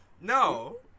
No